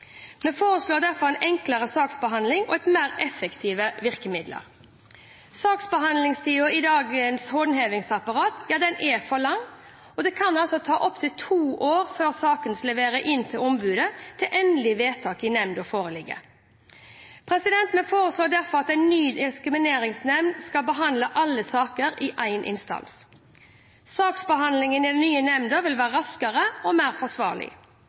Vi foreslår derfor en enklere saksbehandling og mer effektive virkemidler. Saksbehandlingstida i dagens håndhevingsapparat er for lang. Det kan ta opptil to år fra saken leveres inn til ombudet, til endelig vedtak i nemnda foreligger. Vi foreslår derfor at en ny diskrimineringsnemnd skal behandle alle saker i én instans. Saksbehandlingen i den nye nemnda vil være raskere og mer forsvarlig.